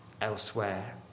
elsewhere